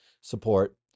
support